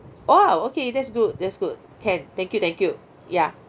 !wow! okay that's good that's good can thank you thank you ya